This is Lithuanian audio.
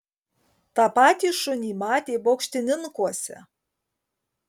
tą patį šunį matė baukštininkuose